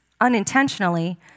unintentionally